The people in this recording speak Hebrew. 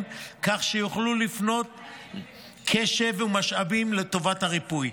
כך שיוכלו להפנות קשב ומשאבים לטובת ריפוי,